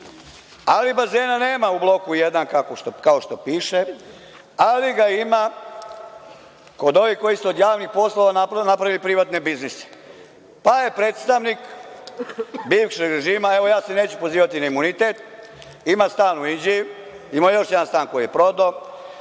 Ali bazena nema u Bloku jedan kao što piše, ali ga ima kod ovih koji su od javnih poslova napravili privatne biznise, pa predstavnik bivšeg režima, evo ja se neću pozivati na imunitet, ima stan u Inđiji, imao je još jedan stan koji je prodao,